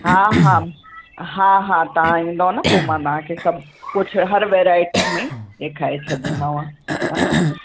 हा हा हा हा तव्हां ईंदव न पोइ मां तव्हांखे सभु कुझु हर वैराएटी में ॾेखारे छॾंदीमांव हा न